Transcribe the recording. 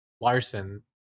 Larson